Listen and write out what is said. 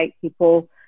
people